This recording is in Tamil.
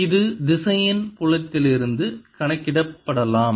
இது திசையன் புலத்திலிருந்து கணக்கிடப்படலாம்